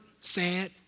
sad